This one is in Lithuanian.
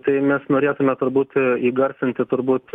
tai mes norėtume turbūt įgarsinti turbūt